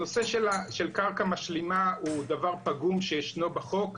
הנושא של קרקע משלימה הוא דבר פגום שישנו בחוק.